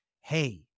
hey